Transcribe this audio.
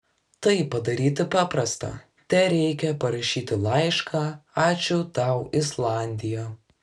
tai padaryti paprasta tereikia parašyti laišką ačiū tau islandija